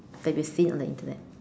that you have seen on the Internet